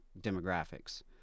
demographics